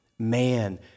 Man